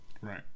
right